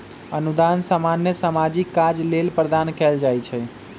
अनुदान सामान्य सामाजिक काज लेल प्रदान कएल जाइ छइ